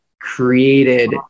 created